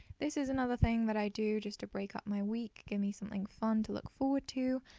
this is another thing that i do just to break up my week, give me something fun to look forward to.